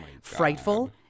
frightful